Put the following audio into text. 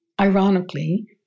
ironically